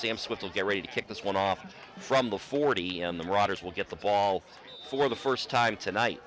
smith will get ready to kick this one off from the forty and the riders will get the ball for the first time tonight